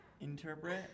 Interpret